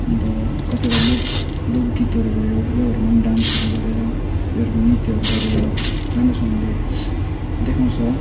अन्त कतिवटा लोक लोकगीतहरू भयो योहरूमा डान्सहरू गरेर योहरूमा नृत्यहरू गरेर राम्रोसँगले देखाउँछ